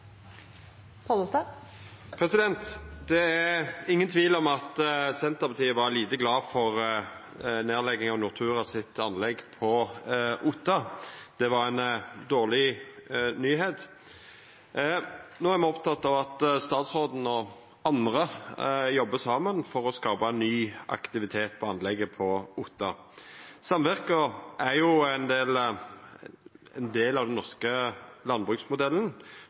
oppfølgingsspørsmål. Det er ingen tvil om at Senterpartiet var lite glad for nedlegginga av Norturas anlegg på Otta. Det var ei dårleg nyheit. No er me opptekne av at statsråden og andre jobbar saman for å skapa ny aktivitet på anlegget på Otta. Samverka er ein del av den norske landbruksmodellen